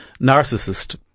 narcissist